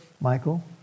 Michael